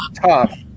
tough